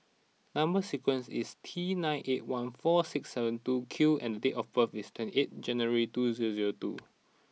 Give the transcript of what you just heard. number sequence is T nine eight one four six seven two Q and date of birth is twenty eight January two zero zero eight